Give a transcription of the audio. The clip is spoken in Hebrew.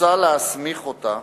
מוצע להסמיך אותה